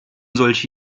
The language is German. solche